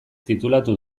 titulatu